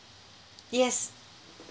yes